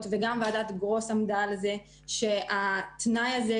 וגם ועדת גרוס עמדה על זה שהתנאי הזה,